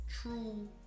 true